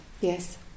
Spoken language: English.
Yes